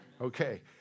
Okay